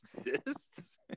exists